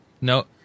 no